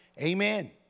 Amen